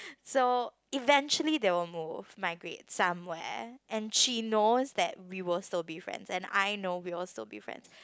so eventually they will move migrate somewhere and she knows that we will still be friends and I know we will still be friends